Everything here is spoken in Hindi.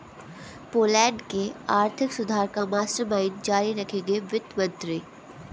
पोलैंड के आर्थिक सुधार का मास्टरमाइंड जारी रखेंगे वित्त मंत्री